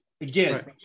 Again